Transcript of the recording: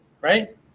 right